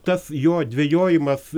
tas jo dvejojimas